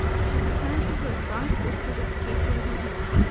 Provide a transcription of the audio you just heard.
she returned to her astonished sister with the paper in her hand.